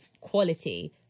quality